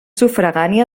sufragània